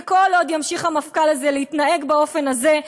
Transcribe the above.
וכל עוד ימשיך המפכ"ל הזה להתנהג באופן הזה,